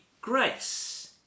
grace